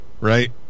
right